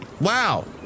Wow